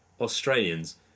Australians